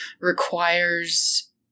requires –